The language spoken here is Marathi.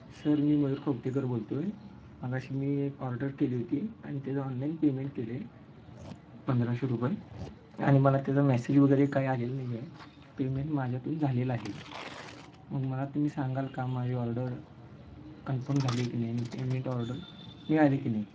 सर मी मयूर खवटेकर बोलतो आहे मग अशी मी एक ऑर्डर केली होती आणि त्याचं ऑनलाईन पेमेंट केले पंधराशे रुपये आणि मला त्याचा मेसेज वगैरे काय आलेलं नाही आहे पेमेंट माझ्यातून झालेलं आहे मग मला तुम्ही सांगाल का माझी ऑर्डर कन्फम झाली की नाही आणि पेमेंट ऑर्डर मिळाली की नाही